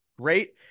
Great